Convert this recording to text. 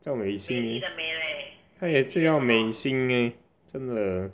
叫 Mei Xin 他也叫 Mei Xin eh 真的